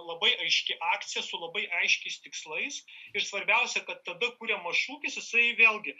labai aiški akcija su labai aiškiais tikslais ir svarbiausia kad tada kuriamos šūkis jisai vėlgi